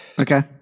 Okay